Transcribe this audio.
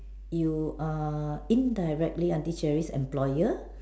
you are indirectly auntie Cherie's employer